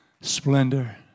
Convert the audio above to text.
Splendor